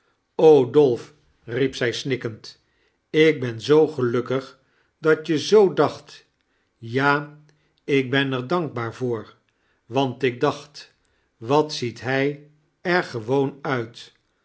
dolf riep zij snikkend ik ben zoo gelukkig dat je zoo dacht ja ik ben er dankbaar voor want ik dacht wat ziet hij er gewoon uit